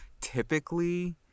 typically